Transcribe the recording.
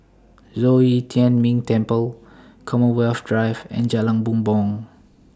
Zhong Yi Tian Ming Temple Commonwealth Drive and Jalan Bumbong